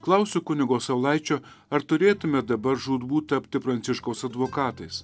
klausiu kunigo saulaičio ar turėtume dabar žūtbūt tapti pranciškaus advokatais